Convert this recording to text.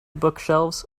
bookshelves